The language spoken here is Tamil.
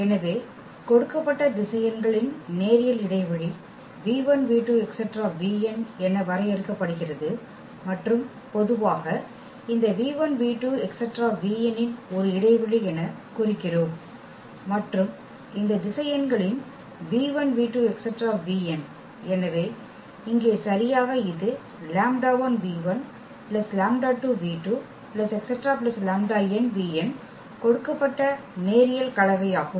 எனவே கொடுக்கப்பட்ட திசையன்களின் நேரியல் இடைவெளி என வரையறுக்கப்படுகிறது மற்றும் பொதுவாக இந்த இன் ஒரு இடைவெளி எனக் குறிக்கிறோம் மற்றும் இந்த திசையன்களின் எனவே இங்கே சரியாக இது கொடுக்கப்பட்ட நேரியல் கலவையாகும்